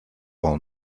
all